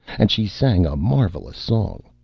and she sang a marvellous song.